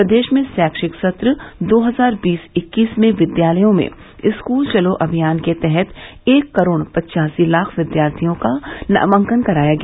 प्रदेश में शैक्षिक सत्र दो हजार बीस इक्कीस में विद्यालयों में स्कृत चलो अभियान के तहत एक करोड़ पच्चासी लाख विद्यार्थियों का नामांकन कराया गया